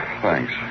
Thanks